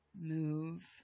move